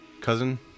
cousin